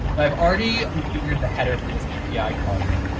i have already configured the header for this api call here.